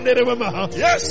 Yes